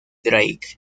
drake